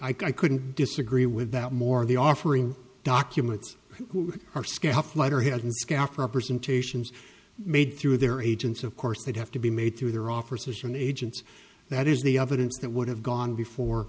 i couldn't disagree with that more the offering documents her scalp letter he doesn't scare off representations made through their agents of course they'd have to be made through their offices and agents that is the evidence that would have gone before